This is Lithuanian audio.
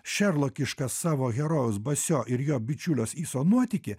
šerlokišką savo herojaus basio ir jo bičiulios iso nuotykį